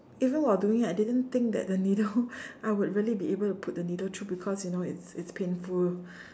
even while doing it I didn't think that the needle I would really be able to put the needle through because you know it's it's painful